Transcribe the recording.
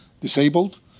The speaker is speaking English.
disabled